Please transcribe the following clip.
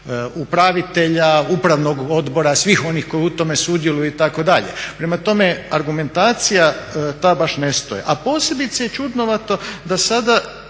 upravitelja, upravnog odbora, svih onih koji u tome sudjeluju itd. Prema tome, argumentacija ta baš ne stoji. A posebice je čudnovato da sada